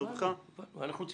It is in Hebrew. זה ברור אבל מה לעשות, אנחנו אוהבים